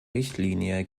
richtlinie